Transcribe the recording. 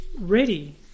ready